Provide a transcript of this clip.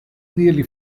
nearly